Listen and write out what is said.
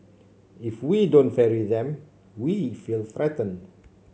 if we don't ferry them we feel threatened